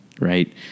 right